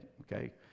okay